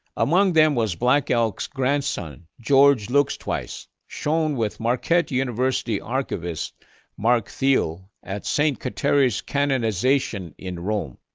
among them was black elk's grandson, george looks twice, shown with marquette university archivist mark thiel at st. kateri's canonization in rome.